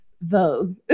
Vogue